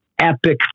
epic